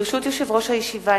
ברשות יושב-ראש הישיבה,